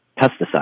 pesticides